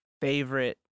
favorite